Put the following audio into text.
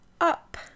up